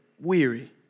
weary